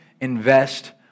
invest